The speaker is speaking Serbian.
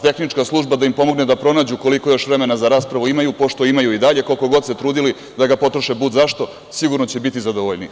Tehnička služba da im pomogne da pronađu koliko još vremena za raspravu imaju, pošto imaju i dalje, koliko god se trudili da ga potroše bud zašto, sigurno će biti zadovoljniji.